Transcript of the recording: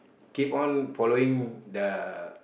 keep on following the